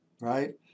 right